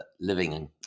living